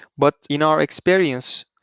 but in our experience,